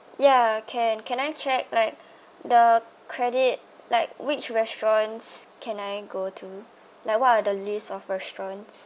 yeah can can I check like the credit like which restaurants can I go to like what are the list of restaurants